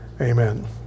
Amen